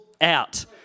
out